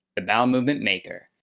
the bowel movement maker.